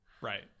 Right